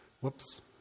Whoops